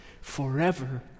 forever